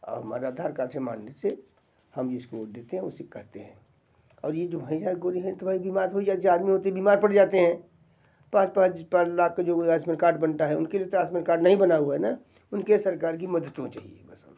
और हमारा आधार कार्ड से मान लो जैसे से हम जिसको वोट देते हैं उसी को कहते हैं और ये जो भैंसा गोरी हैं तो भाई बीमार हुई जात जो आदमी होते बीमार पड़ जाते हैं पाँच पाँच लाख का जो आयुष्मान कार्ड बनता है उनके लिए तो आयुष्मान कार्ड नहीं बना हुआ है ना उनके सरकार की मदद होनी चाहिए बस और कुछ नहीं